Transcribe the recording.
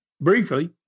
Briefly